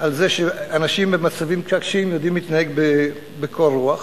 על זה שאנשים במצבים קשים יודעים להתנהג בקור רוח.